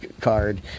card